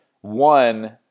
one